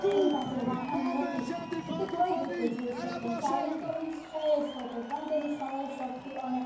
તેની પાસે વાહન નથી તો તે કઈ રીતે જઈ શકે ચાલીને તો મિન્સ જ ઈ જ શકે પણ તેની સમય શક્તિ અને